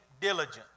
diligent